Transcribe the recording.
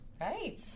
Right